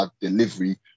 delivery